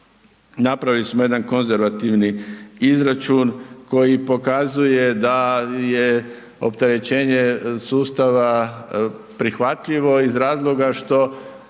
napravili smo jedan konzervativni izračun koji pokazuje da je opterećenje sustava prihvatljivo iz razloga što